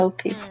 Okay